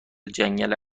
جنگل